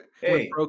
Hey